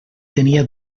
tenia